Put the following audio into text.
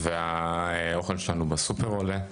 האוכל שלנו בסופר עולה.